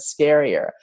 scarier